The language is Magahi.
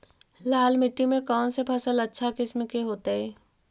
लाल मिट्टी में कौन से फसल अच्छा किस्म के होतै?